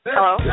Hello